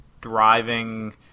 driving